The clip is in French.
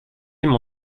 mon